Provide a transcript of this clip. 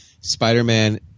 Spider-Man